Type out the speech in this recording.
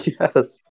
Yes